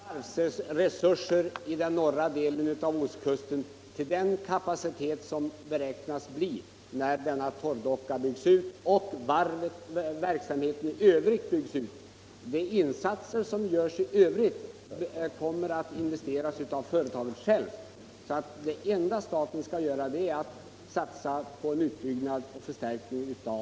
Herr talman! Jap vill bara notera att det behövs varvsresurser på norra delen av ostkusten till den kapacitet som det beräknas bli när denna torrdocka och verksamheten i övrigt byggs ut genom investeringar som görs av företaget självt. Det enda som staten skall göra är att satsa på en utbyggnad och förstärkning av torrdockan.